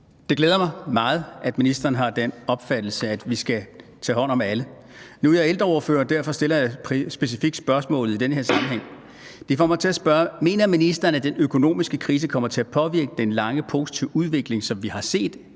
Det glæder mig meget, at ministeren har den opfattelse, at vi skal tage hånd om alle. Nu er jeg ældreordfører, og derfor stiller jeg specifikt spørgsmålet i den sammenhæng. Og det får mig til at spørge: Mener ministeren, at den økonomiske krise kommer til at påvirke den lange og positive udvikling, som vi har set,